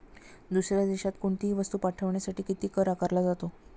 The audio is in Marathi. दुसऱ्या देशात कोणीतही वस्तू पाठविण्यासाठी किती कर आकारला जातो?